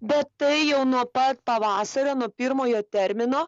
bet tai jau nuo pat pavasario nuo pirmojo termino